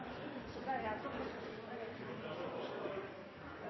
Så er det